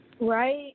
Right